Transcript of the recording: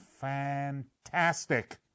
fantastic